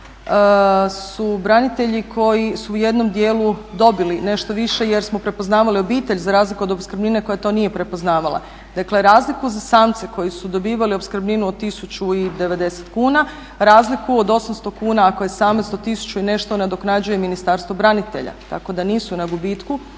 su branitelji koji su u jednom dijelu dobili nešto više jer smo prepoznavali obitelj za razliku od opskrbnine koja to nije prepoznavala. Dakle razliku za samce koji su dobivali opskrbninu od 1090 kuna, razliku od 800 kuna ako je samac do 100 i nešto nadoknađuje Ministarstvo branitelja, tako da nisu na gubitku.